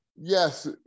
Yes